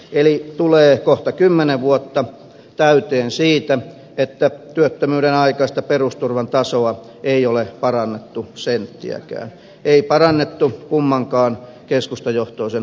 eli tulee kohta kymmenen vuotta täyteen siinä että työttömyyden aikaista perusturvan tasoa ei ole parannettu senttiäkään ei parannettu kummankaan keskustajohtoisen hallituksen aikana